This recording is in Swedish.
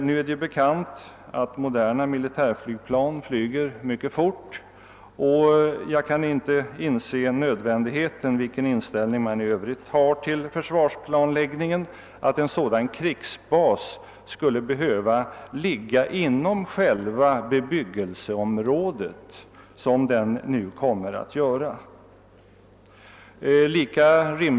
Nu är det bekant att moderna militärflygplan flyger mycket fort, och oberoende av vilken inställning man i Öövrigt har till försvarets planläggning kan jag inte inse nödvändigheten av att en sådan krigsbas skulle ligga kvar inom själva bebyggelseområdet som den nu kommer att göra.